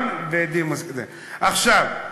עכשיו,